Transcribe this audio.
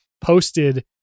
posted